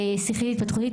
שכלית-התפתחותית,